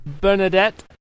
Bernadette